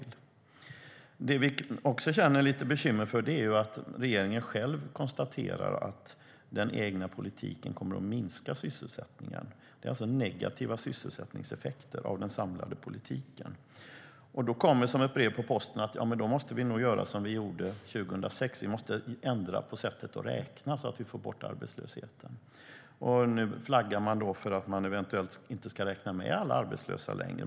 Det som vi också är lite bekymrade över är att regeringen själv konstaterar att den egna politiken kommer att minska sysselsättningen. Det är alltså negativa sysselsättningseffekter av den samlade politiken. Då kommer som ett brev på posten att man då nog måste göra som man gjorde 2006, nämligen ändra på sättet att räkna för att få bort arbetslösheten. Nu flaggar man för att man eventuellt inte ska räkna med alla arbetslösa längre.